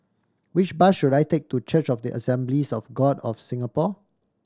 which bus should I take to Church of the Assemblies of God of Singapore